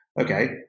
Okay